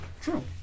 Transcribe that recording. True